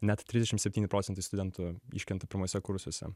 net trisdešim septyni procentai studentų iškrenta pirmuose kursuose